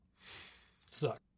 Suck